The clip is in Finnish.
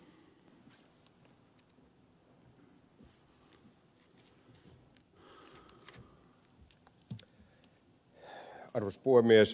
arvoisa puhemies